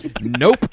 nope